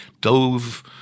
dove